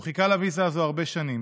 הוא חיכה לוויזה הזו הרבה שנים.